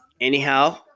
Anyhow